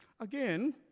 Again